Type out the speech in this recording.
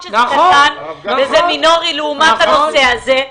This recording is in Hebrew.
נכון שזה קטן וזה מינורי לעומת הנושא הזה,